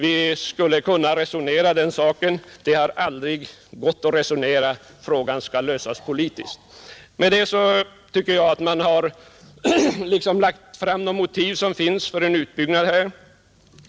Vi skulle kunna resonera om den saken, men det har aldrig gått att resonera. Frågan skall lösas politiskt. Med detta har jag väl lagt fram de motiv som finns för utbyggnad.